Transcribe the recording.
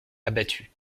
abattue